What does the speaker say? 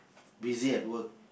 busy at work